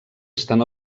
estan